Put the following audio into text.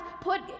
put